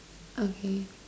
okay